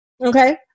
Okay